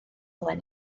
flaen